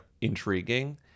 intriguing